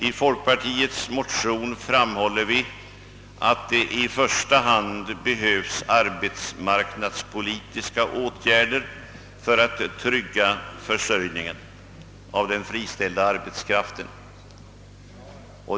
I folkpartiets motion framhåller vi att det i första hand behövs arbetsmarknadspolitiska åtgärder för att trygga försörjningen av den friställda arbetskraften.